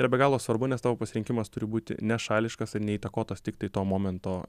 yra be galo svarbu nes tavo pasirinkimas turi būti nešališkas ir neįtakotas tiktai to momento